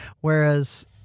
whereas